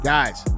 Guys